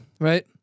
Right